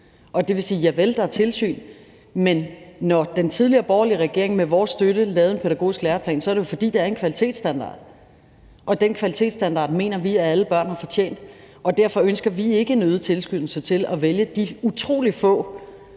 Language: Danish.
Det vil sige, at javel er der tilsyn, men når den tidligere borgerlige regering med vores støtte lavede en pædagogisk læreplan, er det jo, fordi der er en kvalitetsstandard, og den kvalitetsstandard mener vi at alle børn har fortjent, og derfor ønsker vi ikke en øget tilskyndelse til at vælge de utrolig få